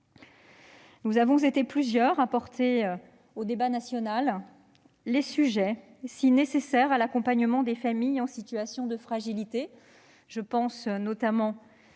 Nous avons été plusieurs à porter au débat national les sujets si nécessaires à l'accompagnement des familles en situation de fragilité.